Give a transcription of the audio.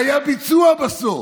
והיה ביצוע בסוף.